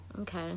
Okay